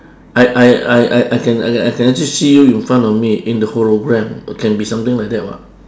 I I I I I can I can I can actually see you in front of me in a hologram it can be something like that [what]